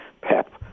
Pep